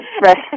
Right